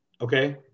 Okay